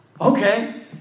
okay